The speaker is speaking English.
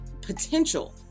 potential